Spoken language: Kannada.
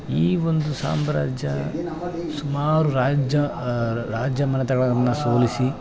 ಈ ಒಂದು ಸಾಮ್ರಾಜ್ಯ ಸುಮಾರು ರಾಜ್ಯ ರಾಜ್ಯ ಮನೆತಗಳನ್ನು ಸೋಲಿಸಿ